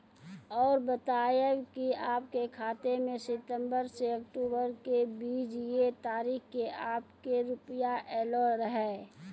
और बतायब के आपके खाते मे सितंबर से अक्टूबर के बीज ये तारीख के आपके के रुपिया येलो रहे?